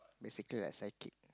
basically like psychic